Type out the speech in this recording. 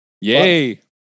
Yay